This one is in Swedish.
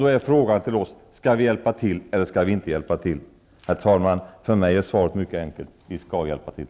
Då är frågan om vi skall hjälpa till eller inte. Herr talman! För mig är svaret mycket enkelt. Vi skall hjälpa till.